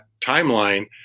timeline